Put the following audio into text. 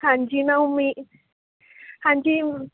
ਹਾਂਜੀ ਮੈਂ ਉਮੀ ਹਾਂਜੀ